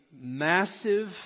massive